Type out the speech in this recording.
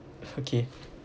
okay